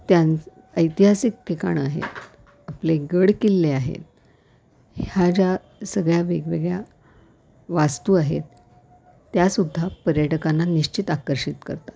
त्या ऐतिहासिक ठिकाणं आहेत आपले गडकिल्ले आहेत ह्या ज्या सगळ्या वेगवेगळ्या वास्तू आहेत त्यासुद्धा पर्यटकांना निश्चित आकर्षित करतात